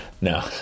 No